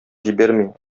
җибәрми